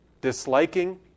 disliking